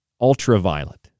ultraviolet